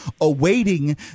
awaiting